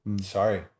sorry